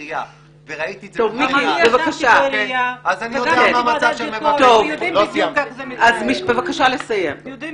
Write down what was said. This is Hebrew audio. אין צורך להתייחס לזה כי זה סתם